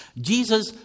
Jesus